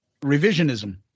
Revisionism